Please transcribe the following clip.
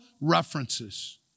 references